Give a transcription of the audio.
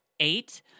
Eight